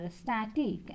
static